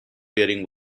wearing